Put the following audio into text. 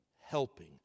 helping